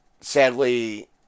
sadly